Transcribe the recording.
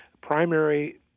primary